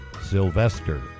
Sylvester